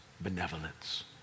benevolence